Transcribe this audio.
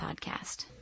podcast